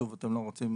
שוב, אתם לא רוצים